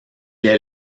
est